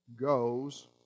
goes